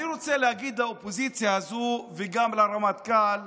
אני רוצה להגיד לאופוזיציה הזו וגם לרמטכ"ל,